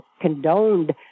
condoned